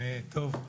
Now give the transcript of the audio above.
טוב.